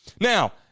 Now